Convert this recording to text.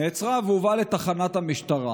נעצרה והובאה לתחנת המשטרה.